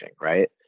right